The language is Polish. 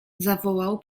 zawołał